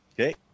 Okay